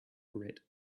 great